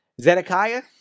Zedekiah